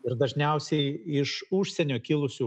ir dažniausiai iš užsienio kilusių